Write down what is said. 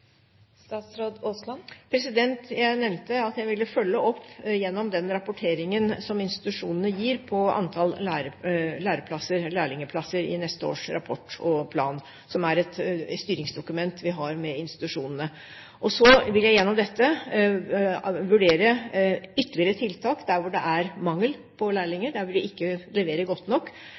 Jeg nevnte at jeg ville følge opp gjennom den rapporteringen som institusjonene gir, når det gjelder antall læreplasser i neste års rapport, som er et styringsdokument i forhold til institusjonene. Så vil jeg gjennom dette vurdere ytterligere tiltak der hvor det er mangel på lærlinger – der hvor de ikke leverer godt nok.